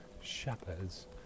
shepherds